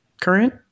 current